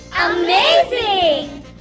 Amazing